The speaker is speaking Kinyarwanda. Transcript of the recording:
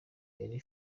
elie